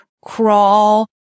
crawl